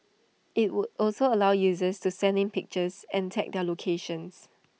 IT would also allow users to send in pictures and tag their locations